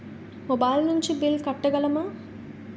Mobile నుంచి bill కట్టగలమ?